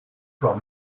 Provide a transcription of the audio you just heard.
toi